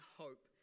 hope